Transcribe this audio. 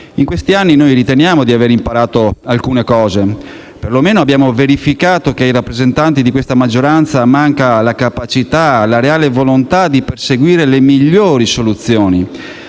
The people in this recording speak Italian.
In questi anni riteniamo di aver imparato alcune cose; perlomeno abbiamo verificato che ai rappresentanti di questa maggioranza mancano la capacità e la reale volontà di perseguire le migliori soluzioni.